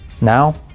Now